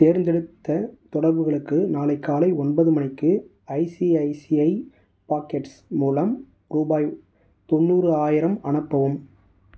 தேர்ந்தெடுத்த தொடர்புகளுக்கு நாளை காலை ஒன்பது மணிக்கு ஐசிஐசிஐ பாக்கெட்ஸ் மூலம் ரூபாய் தொண்ணூறாயிரம் அனுப்பவும்